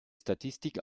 statistiques